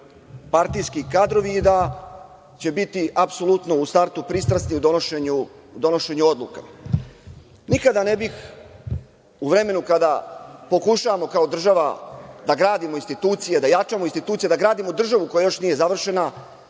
partijski kadrovi i da će biti apsolutno u startu pristrasni u donošenju odluka. Nikada ne bih, u vremenu kada pokušavamo kao država da gradimo institucije, da jačamo institucije, da gradimo državu koja još nije završena,